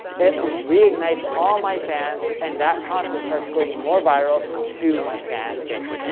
it reignites all my fans and that content starts going more viral to my fan base,